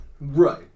Right